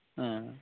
ᱦᱮᱸ